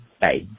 Bye